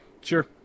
Sure